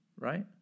Right